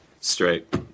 Straight